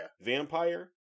vampire